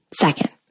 Second